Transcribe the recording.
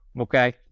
okay